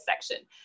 section